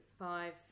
Five